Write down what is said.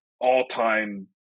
all-time